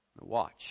Watch